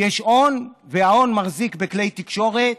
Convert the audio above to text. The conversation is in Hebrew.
יש הון, וההון מחזיק בכלי תקשורת,